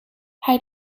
hij